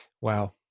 Wow